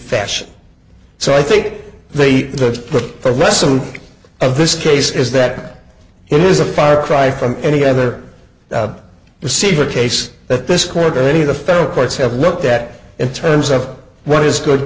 fashion so i think they need to put the rest some of this case is that it is a far cry from any other receiver case that this court or any of the federal courts have looked at in terms of what is good